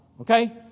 okay